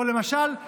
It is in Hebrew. או למשל,